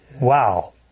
Wow